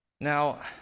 Now